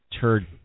turd